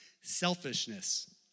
Selfishness